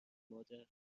مادر